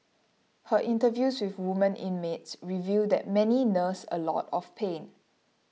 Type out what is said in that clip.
her interviews with women inmates reveal that many nurse a lot of pain